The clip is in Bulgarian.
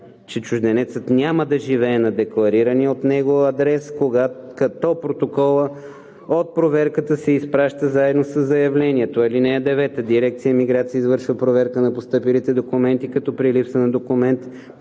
че чужденецът няма да живее на декларирания от него адрес, като протоколът от проверката се изпраща заедно със заявлението. (9) Дирекция „Миграция“ извършва проверка на постъпилите документи, като при липса на документ,